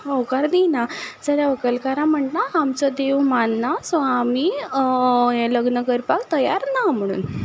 होकार दिना जाल्यार व्होंकलकारां म्हणटा आमचो देव मानना सो आमी हें लग्न करपाक तयार ना म्हणून